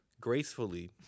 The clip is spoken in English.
gracefully